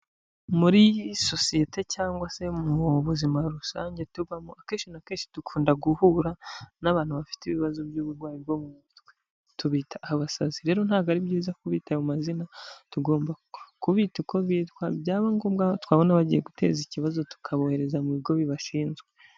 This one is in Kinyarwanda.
Muri sosiyete cyangwa se mu buzima rusange tubamo, akenshi na kenshi dukunda guhura n'abantu bafite ibibazo by'uburwayi bwo mu mutwe tubita abasazi, rero ntago ari byiza kubita ayo mazina, tugomba kubita uko bitwa byaba ngombwa twabona bagiye guteza ikibazo tukabohereza mu bigo bibashinzwe.